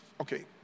okay